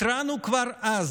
התרענו כבר אז